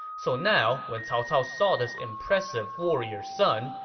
so now, when cao cao saw this impressive warrior son,